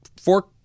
fork